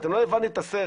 אתם לא הבנתם את הסרט.